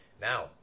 Now